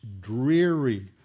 dreary